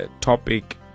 topic